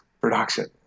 production